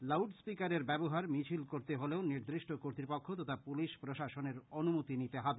loud স্পিকারের ব্যবহার মিছিল করতে হলেও নির্দিষ্ট কর্তৃপক্ষ তথা পুলিশ প্রশাসনের অনুমতি নিতে হবে